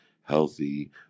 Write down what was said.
healthy